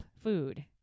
food